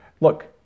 look